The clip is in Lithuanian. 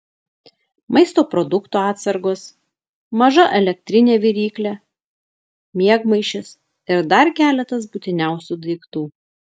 maisto produktų atsargos maža elektrinė viryklė miegmaišis ir dar keletas būtiniausių daiktų